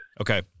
Okay